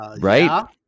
Right